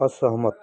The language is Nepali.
असहमत